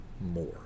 more